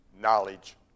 Knowledge